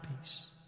peace